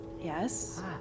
Yes